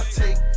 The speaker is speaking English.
take